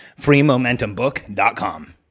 freemomentumbook.com